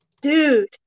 Dude